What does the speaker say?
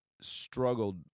struggled